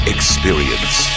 Experience